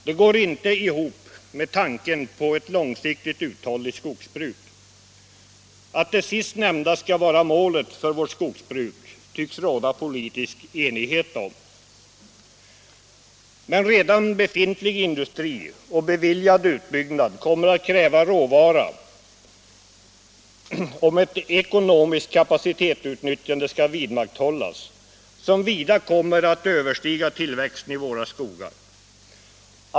Detta går inte ihop med tanken på ett långsiktigt uthålligt skogsbruk. Att detta skall vara målet för vårt skogsbruk tycks det råda politisk enighet om. Men redan befintlig industri och beviljad utbyggnad kommer, om ett ekonomiskt kapacitetsutnyttjande skall vidmakthållas, att kräva råvara som vida överstiger tillväxten i våra skogar.